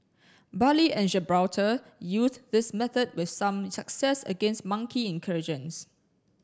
Bali and Gibraltar used this method with some success against monkey incursions